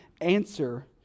answer